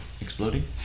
exploding